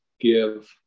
give